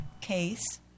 case